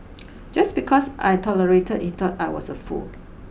just because I tolerated he thought I was a fool